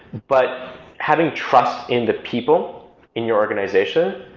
but having trust in the people in your organization